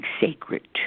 sacred